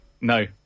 No